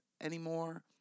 anymore